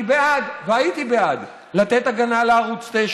אני בעד והייתי בעד לתת הגנה לערוץ 9